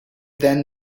than